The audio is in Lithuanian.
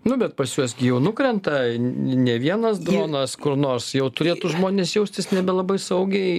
nu bet pas juos gi jau nukrenta ne vienas dronas kur nors jau turėtų žmonės jaustis nebelabai saugiai